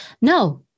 No